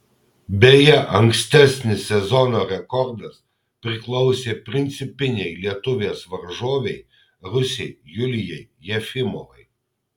beje ankstesnis sezono rekordas priklausė principinei lietuvės varžovei rusei julijai jefimovai